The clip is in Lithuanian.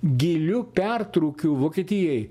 giliu pertrūkiu vokietijai